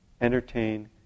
entertain